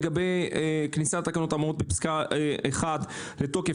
לגבי כניסת התקנות האמורות בפסקה 1 לתוקף